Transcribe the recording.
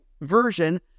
version